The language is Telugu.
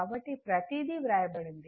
కాబట్టి ప్రతీది వ్రాయబడింది